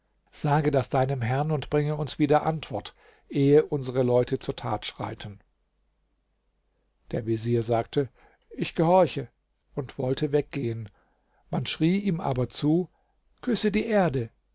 sage das deinem herrn und bringe uns wieder antwort ehe unsre leute zur tat schreiten der vezier sagte ich gehorche und wollte weggehen man schrie ihm aber zu küsse die erde